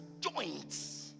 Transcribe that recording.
joints